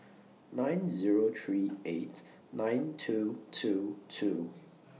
nine Zero three eight nine two two two